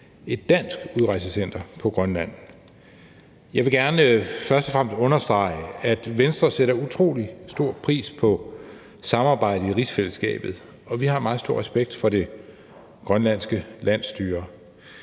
et dansk udrejsecenter på Grønland. Jeg vil gerne først og fremmest understrege, at Venstre sætter utrolig stor pris på samarbejdet i rigsfællesskabet, og vi har meget stor respekt for det grønlandske landsstyre.